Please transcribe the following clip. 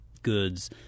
Goods